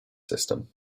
system